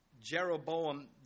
Jeroboam